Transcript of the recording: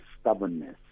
stubbornness